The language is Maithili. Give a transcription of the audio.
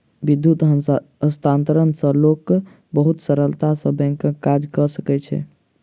विद्युत हस्तांतरण सॅ लोक बहुत सरलता सॅ बैंकक काज कय सकैत अछि